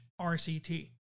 RCT